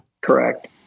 Correct